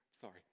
Sorry